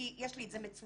יש לי את זה מצולם.